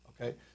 okay